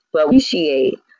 appreciate